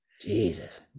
Jesus